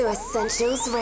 Essentials